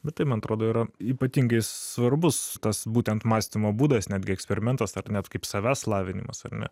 bet tai man atrodo yra ypatingai svarbus tas būtent mąstymo būdas netgi eksperimentas ar net kaip savęs lavinimas ar ne